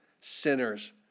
sinners